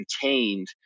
contained